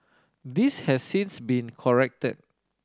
this has since been corrected